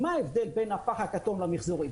מה ההבדל בין הפח הכתום למיחזורית?